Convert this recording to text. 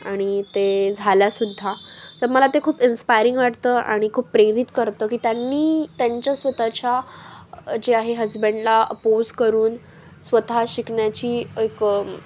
आणि ते झाल्यासुद्धा तर मला ते खूप इन्स्पायरिंग वाटतं आणि खूप प्रेरित करतं की त्यांनी त्यांच्या स्वतःच्या जे आहे हजबंडला पोज करून स्वतः शिकण्याची एक